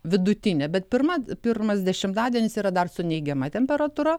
vidutinė bet pirma pirmas dešimtadienis yra dar su neigiama temperatūra